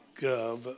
Gov